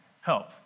help